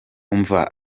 umva